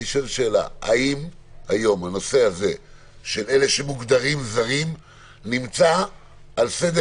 האם היום הנושא של אלו שמוגדרים זרים נמצא על סדר